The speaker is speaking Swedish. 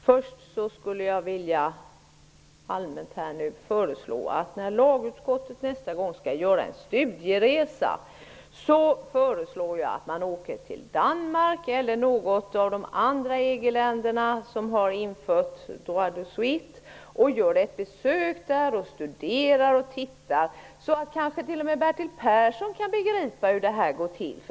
Herr talman! Först vill jag allmänt föreslå att när lagutskottet nästa gång skall göra en studieresa skall utskottet resa till Danmark eller något annat av de EG-länder som har infört ''droit de suite''. Utskottet kan studera frågan, och sedan kanske t.o.m. Bertil Persson kan begripa hur det hela går till.